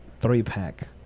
three-pack